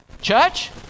Church